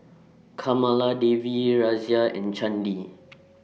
Kamaladevi Razia and Chandi